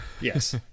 Yes